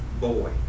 boy